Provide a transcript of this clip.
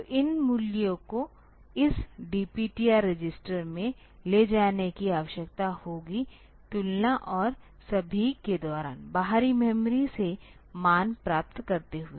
तो इन मूल्यों को इस DPTR रजिस्टर में ले जाने की आवश्यकता होगी तुलना और सभी के दौरान बाहरी मेमोरी से मान प्राप्त करते हुए